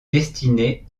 destinée